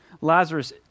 Lazarus